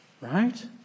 Right